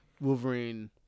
Wolverine